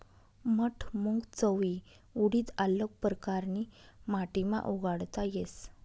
मठ, मूंग, चवयी, उडीद आल्लग परकारनी माटीमा उगाडता येस